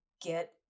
get